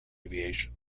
aviation